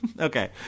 Okay